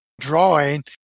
drawing